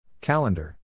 Calendar